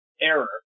error